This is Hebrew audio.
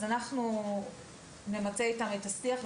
אז אנחנו נמצא איתם את השיח,